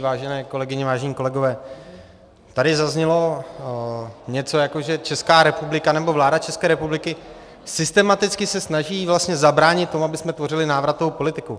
Vážené kolegyně, vážení kolegové, tady zaznělo něco, jako že Česká republika nebo vláda České republiky se systematicky snaží zabránit tomu, abychom tvořili návratovou politiku.